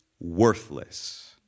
worthless